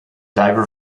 diver